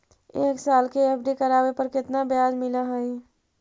एक साल के एफ.डी करावे पर केतना ब्याज मिलऽ हइ?